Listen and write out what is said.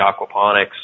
aquaponics